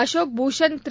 Ashok Bhushan Thiru